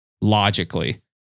logically